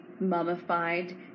mummified